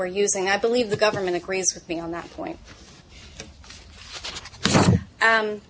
we're using i believe the government agrees with me on that point